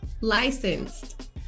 licensed